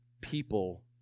people